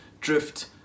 drift